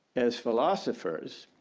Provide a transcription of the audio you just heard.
as philosophers,